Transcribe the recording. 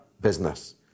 business